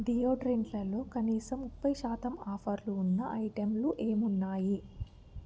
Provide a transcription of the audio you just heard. డియోడ్రెంట్లలో కనీసం ముప్పైశాతం ఆఫర్లు ఉన్న ఐటెంలు ఏమున్నాయి